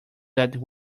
that